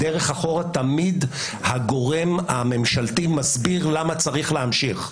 תמיד הגורם הממשלתי מסביר למה צריך להמשיך.